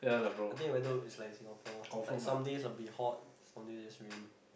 I think the weather is like Singapore like some days a bit hot some days rain